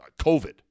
COVID